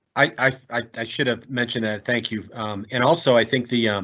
i i should have mentioned that thank you and also i think the.